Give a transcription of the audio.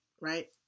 right